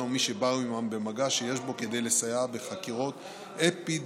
ומי שבאו עימם במגע שיש בו כדי לסייע בחקירות אפידמיולוגיות.